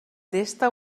testa